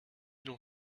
l’on